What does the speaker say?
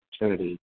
opportunity